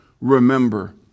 remember